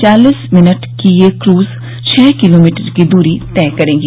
चालिस मिनट की ये क्रूज छः किलोमीटर की दूरी तय करेगी